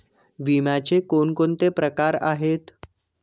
विम्याचे कोणकोणते प्रकार आहेत?